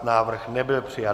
Návrh nebyl přijat.